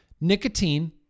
Nicotine